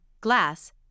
glass